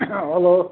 hello